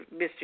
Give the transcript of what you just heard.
Mr